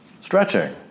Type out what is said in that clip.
stretching